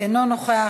אינו נוכח.